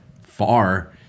far